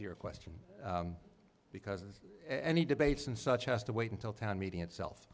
to your question because any debates and such has to wait until town meeting itself